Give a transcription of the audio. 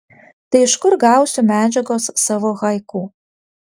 tai iš kur gausiu medžiagos savo haiku